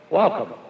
welcome